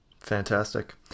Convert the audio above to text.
fantastic